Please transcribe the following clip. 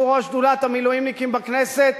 שהוא ראש שדולת המילואימניקים בכנסת,